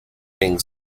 being